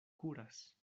kuras